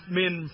men